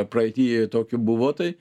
praeity tokiu buvo tai